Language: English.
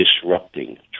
disrupting